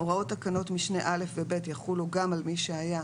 (ג)הוראות תקנות משנה (א) ו-(ב) יחולו גם על מי שהיה,